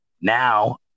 Now